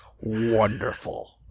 wonderful